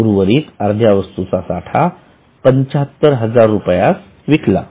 उर्वरित अर्ध्या वस्तूंचा साठा ७५००० रुपयास विकला